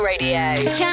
Radio